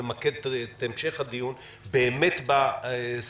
למקד את המשך הדיון באמת בסוגיות